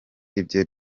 ibyo